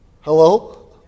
Hello